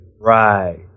Right